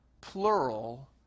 plural